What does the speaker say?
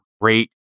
great